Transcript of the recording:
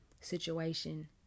Situation